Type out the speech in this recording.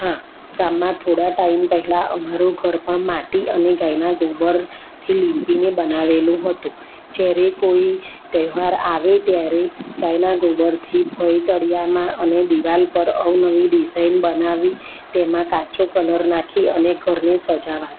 હા ગામમાં થોડા ટાઈમ પહેલાં અમારું ઘર પણ માટી અને ગાયના ગોબર થી લિંપીને બનાવેલું હતું જ્યારે કોઈ તહેવાર આવે ત્યારે ગાયના ગોબરથી ભોંયતળિયામાં અને દીવાલ પર અવનવી ડિઝાઇન બનાવી તેમાં કાચો કલર નાખી અને ઘરને સજાવતા